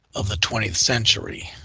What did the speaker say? of the twentieth century.